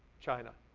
china.